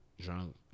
drunk